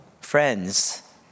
friends